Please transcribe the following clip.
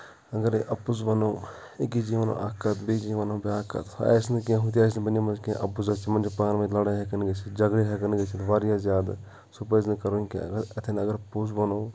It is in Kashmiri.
اگرَے اَپُز وَنو أکِس جی وَنو اَکھ کَتھ بیٚیہِ جی وَنو بیٛاکھ کَتھ آسہِ نہٕ کینٛہہ ہُتہِ آسہِ نہٕ بَنیمٕژ کینٛہہ اَپُز آسہِ تِمَن چھِ پانہٕ ؤنۍ لَڑٲے ہٮ۪کَن گٔژھِتھ جَگرٕ ہٮ۪کَن نہٕ گٔژھِتھ واریاہ زیادٕ سُہ پَزِ نہٕ کَرُن کینٛہہ اگر اَتھٮ۪ن اگر پوٚز وَنو